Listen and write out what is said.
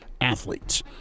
athletes